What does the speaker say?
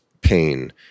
pain